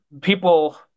people